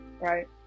right